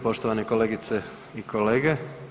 poštovane kolegice i kolege.